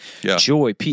joy